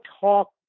talk